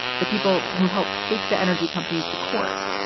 the people who helped take the energy companies to court,